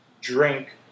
drink